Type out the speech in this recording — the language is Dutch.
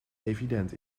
evident